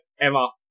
Emma